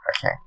Okay